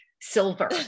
silver